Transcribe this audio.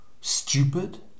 stupid